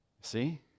See